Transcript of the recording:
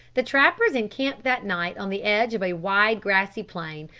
the trappers encamped that night on the edge of a wide grassy plain,